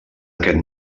aquest